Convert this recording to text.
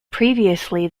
previously